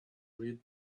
read